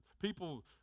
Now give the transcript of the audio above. people